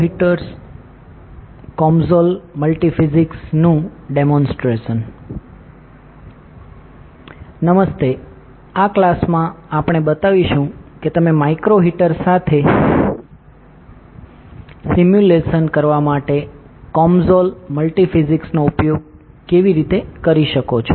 હાય આ ક્લાસ માં અમે બતાવીશું કે તમે માઇક્રો હીટર સાથે સિમ્યુલેશન કરવા માટે COMSOL મલ્ટિફિઝિક્સનો ઉપયોગ કેવી રીતે કરી શકો છો